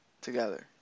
together